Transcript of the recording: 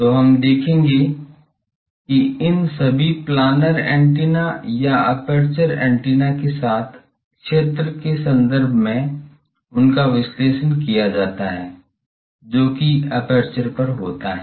तो हम देखेंगे कि इन सभी प्लानर एंटीना या एपर्चर एंटीना के साथ क्षेत्र के संदर्भ में उनका विश्लेषण किया जाता है जो कि एपर्चर पर होता है